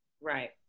Right